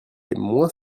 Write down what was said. moins